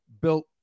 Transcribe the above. built